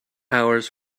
hours